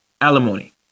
alimony